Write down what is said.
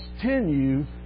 continue